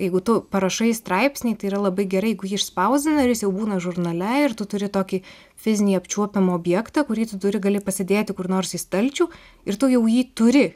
jeigu tu parašai straipsnį tai yra labai gerai jeigu jį išspausdina ir jis jau būna žurnale ir tu turi tokį fizinį apčiuopiamą objektą kurį tu turi gali pasidėti kur nors į stalčių ir tu jau jį turi